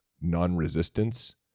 non-resistance